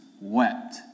wept